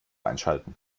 einschalten